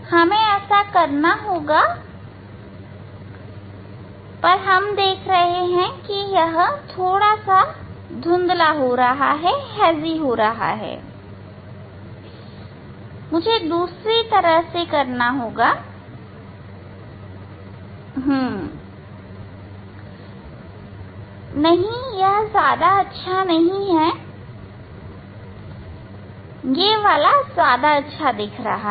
हमें सोचना चाहिए कि हमें ऐसा करना है अब यह धुंधला हो रहा है मुझे दूसरी तरह से करना होगा नहीं यह ज्यादा अच्छा नहीं है यह ज्यादा अच्छा दिख रहा है